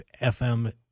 FM